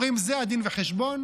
אומרים: זה הדין וחשבון,